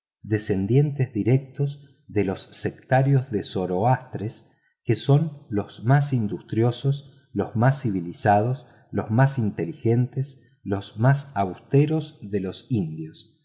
descendientes directos de los sectarios de zoroastro que son los más industriosos los más civilizados los más inteligentes los más austeros de los indios